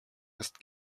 must